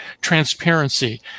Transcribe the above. transparency